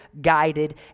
guided